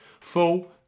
Full